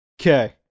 Okay